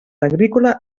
agrícola